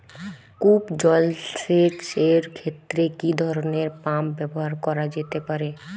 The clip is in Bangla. কূপ জলসেচ এর ক্ষেত্রে কি ধরনের পাম্প ব্যবহার করা যেতে পারে?